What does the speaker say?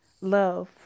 love